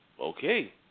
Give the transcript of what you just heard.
Okay